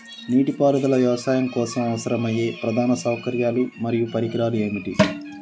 నీటిపారుదల వ్యవసాయం కోసం అవసరమయ్యే ప్రధాన సౌకర్యాలు మరియు పరికరాలు ఏమిటి?